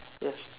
ya